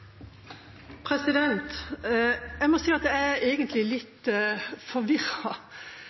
ljåen. Jeg må si at jeg følte meg litt